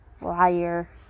Liar